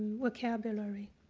vocabulary.